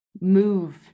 move